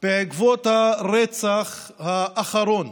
בעקבות הרצח האחרון